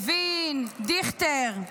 לוין, דיכטר,